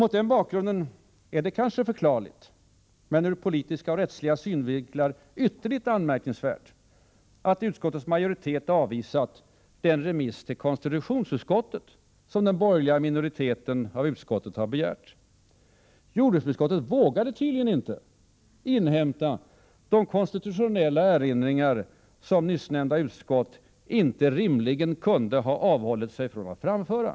Mot den bakgrunden är det kanske förklarligt — men ur politiska och rättsliga synvinklar ytterligt anmärkningsvärt — att utskottets majoritet avvisat den remiss till konstitutionsutskottet som den borgerliga minoriteten i utskottet begärt. Jordbruksutskottet vågade tydligen inte inhämta de konstitutionella erinringar som nyssnämnda utskott inte rimligen kunde ha avhållit sig från att framföra.